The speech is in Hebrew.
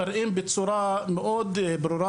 מראים בצורה מאוד ברורה,